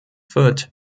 foot